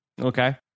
okay